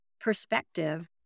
perspective